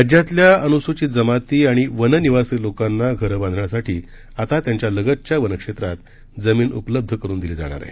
राज्यातल्या अनुसूचित जमाती आणि वननिवासी लोकांना घरं बांधण्यासाठी आता त्यांच्या लगतच्या वनक्षेत्रात जमीन उपलब्ध करून दिली जाणार आहे